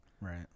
right